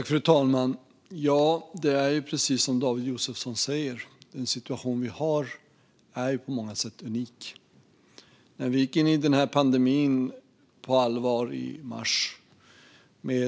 Fru talman! Det är precis som David Josefsson säger. Den situation som vi har är på många sätt unik. Vi gick in i den här pandemin på allvar i mars.